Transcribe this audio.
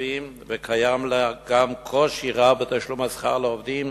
לתושבים ויש לה גם קושי רב בתשלום השכר לעובדים.